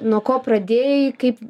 nuo ko pradėjai kaip